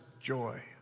joy